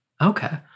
Okay